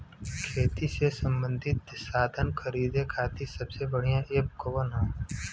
खेती से सबंधित साधन खरीदे खाती सबसे बढ़ियां एप कवन ह?